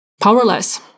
powerless